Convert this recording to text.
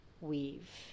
weave